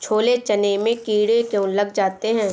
छोले चने में कीड़े क्यो लग जाते हैं?